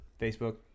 Facebook